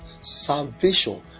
salvation